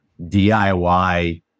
DIY